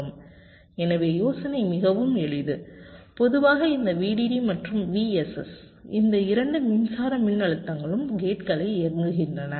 எனவே யோசனை மிகவும் எளிது பொதுவாக இந்த VDD மற்றும் VSS இந்த இரண்டு மின்சாரம் மின்னழுத்தங்களும் கேட்களை இயக்குகின்றன